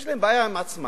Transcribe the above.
יש להם בעיה עם עצמם,